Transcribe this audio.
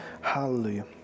Hallelujah